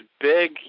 big